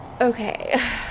Okay